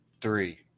three